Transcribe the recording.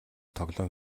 тоглоом